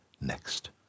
next